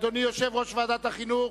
אדוני יושב-ראש ועדת החינוך,